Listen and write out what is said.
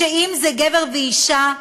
שאם זה גבר ואישה,